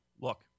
Look